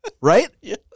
Right